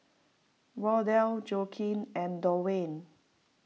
Wardell Joaquin and Dwayne